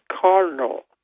Cardinal